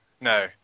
No